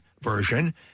version